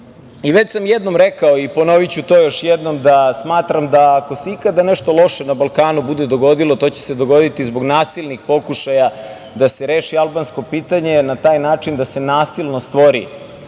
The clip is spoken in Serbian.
sam jednom rekao i ponoviću to još jednom da smatram da, ako se ikada nešto loše na Balkanu bude dogodilo, će se to dogoditi zbog nasilnih pokušaja da se reši albansko pitanje i na taj način da se nasilno stvori